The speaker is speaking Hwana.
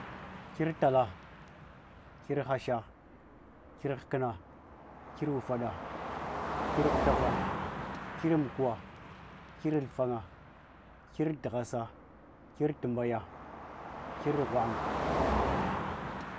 Kir tala, kir hasha, kir hkna, kir ufaɗa, kir hutafa, kir amkuwa, kir alfanga, kir tghasa, kir tambaya, kir ghwanga.